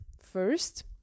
First